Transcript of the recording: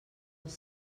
els